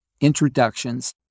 introductions